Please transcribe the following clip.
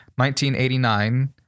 1989